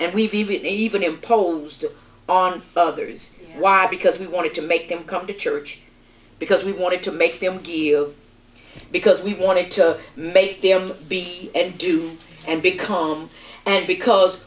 and we've even imposed on others why because we wanted to make them come to church because we wanted to make them feel because we wanted to make them be and do and become and because